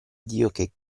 giacinta